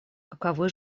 каковы